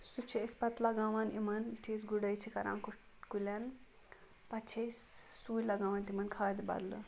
سُہ چھِ أسۍ پَتہٕ لگاوان یِمَن یُتھُے أسۍ گُڑٲے چھِ کَران کُ کُلٮ۪ن پَتہٕ چھِ أسۍ سُے لگاوان تِمَن کھادِ بَدلہِ